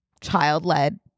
child-led